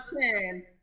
ten